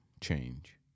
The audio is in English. change